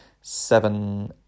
seven